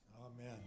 Amen